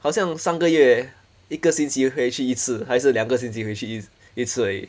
好像上个月一个星期回去一次还是两个星期回去一一次而已